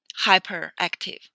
hyperactive